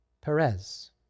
Perez